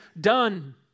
done